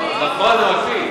מקפיא.